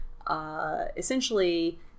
Essentially